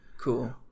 Cool